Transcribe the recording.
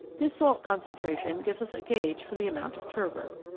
this salt concentration gives us a gauge for the amount of turgor.